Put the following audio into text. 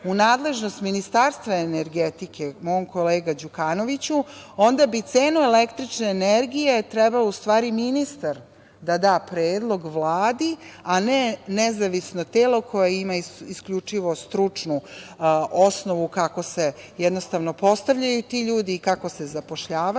u nadležnost Ministarstva energetike, mom kolegi Đukanoviću, onda bi cena električne energije, treba u stvari ministar da da predlog Vladi, a ne nezavisno telo koje ima isključivo stručnu osnovu kako se jednostavno postavljaju ti ljudi i kako se zapošljavaju,